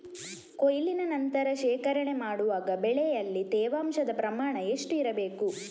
ಕೊಯ್ಲಿನ ನಂತರ ಶೇಖರಣೆ ಮಾಡುವಾಗ ಬೆಳೆಯಲ್ಲಿ ತೇವಾಂಶದ ಪ್ರಮಾಣ ಎಷ್ಟು ಇರಬೇಕು?